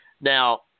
Now